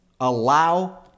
allow